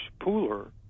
pooler